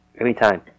Anytime